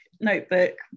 notebook